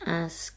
ask